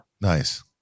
nice